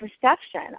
perception